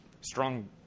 strong